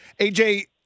AJ